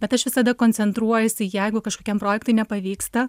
bet aš visada koncentruojuosi jeigu kažkokiam projektui nepavyksta